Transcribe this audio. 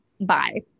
bye